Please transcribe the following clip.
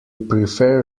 prefer